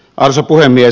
arvoisa puhemies